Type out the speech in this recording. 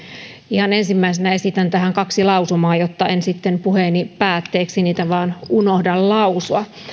ihan ensimmäisenä esitän tähän kaksi lausumaa jotta en sitten puheeni päätteeksi niitä vaan unohda lausua